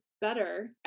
better